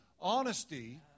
Honesty